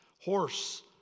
Horse